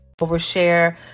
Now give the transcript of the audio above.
Overshare